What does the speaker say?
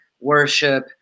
worship